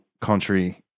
country